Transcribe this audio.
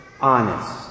honest